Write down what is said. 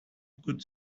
could